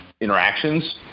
interactions